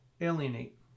alienate